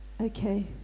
Okay